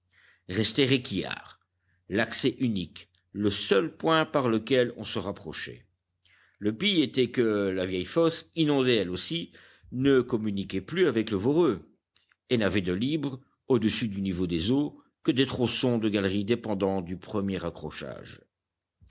restait réquillart l'accès unique le seul point par lequel on se rapprochait le pis était que la vieille fosse inondée elle aussi ne communiquait plus avec le voreux et n'avait de libre au-dessus du niveau des eaux que des tronçons de galerie dépendant du premier accrochage